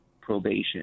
probation